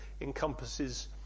encompasses